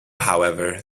however